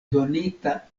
donita